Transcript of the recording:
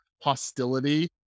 hostility